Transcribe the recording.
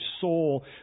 soul